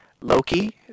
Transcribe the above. Loki